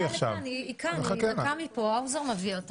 יש לנו את